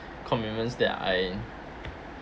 commitments that I